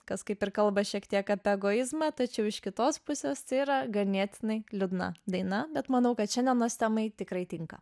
kas kaip ir kalba šiek tiek apie egoizmą tačiau iš kitos pusės tai yra ganėtinai liūdna daina bet manau kad šiandienos temai tikrai tinka